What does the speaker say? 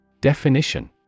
Definition